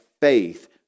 faith